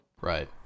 Right